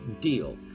deal